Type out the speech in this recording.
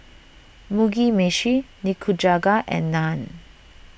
Mugi Meshi Nikujaga and Naan